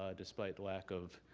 ah despite lack of